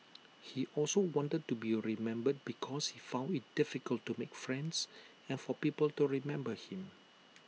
he also wanted to be remembered because he found IT difficult to make friends and for people to remember him